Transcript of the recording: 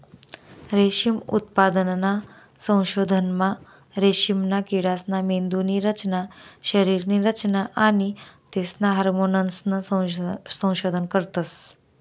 रेशीम उत्पादनना संशोधनमा रेशीमना किडासना मेंदुनी रचना, शरीरनी रचना आणि तेसना हार्मोन्सनं संशोधन करतस